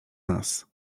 nas